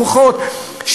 מוכחות,